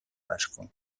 vasco